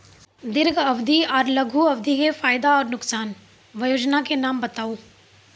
दीर्घ अवधि आर लघु अवधि के फायदा आर नुकसान? वयोजना के नाम बताऊ?